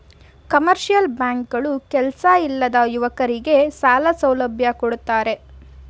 commercial bank ಗಳು ಕೆಲ್ಸ ಇಲ್ಲದ ಯುವಕರಗೆ ಸಾಲ ಸೌಲಭ್ಯ ಕೊಡ್ತಾರೆ